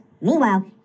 Meanwhile